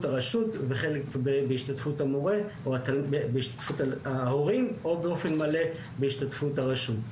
הרשות וחלק בהשתתפות ההורים או באופן מלא בהשתתפות הרשות.